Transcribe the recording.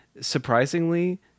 surprisingly